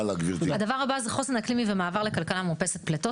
הדבר הבא זה חוסן אקלימי ומעבר לכלכלה מאופסת פליטות.